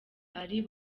ally